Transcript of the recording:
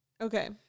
Okay